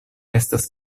estas